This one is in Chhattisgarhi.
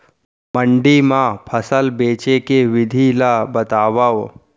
मंडी मा फसल बेचे के विधि ला बतावव?